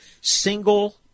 single